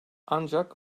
ancak